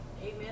Amen